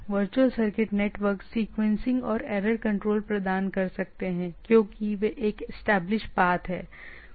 virtual circuit network sequencing और error control प्रदान कर सकते हैं क्योंकि वे एक एस्टेब्लिश पाथ हैं